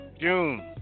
June